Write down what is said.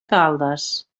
caldes